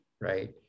right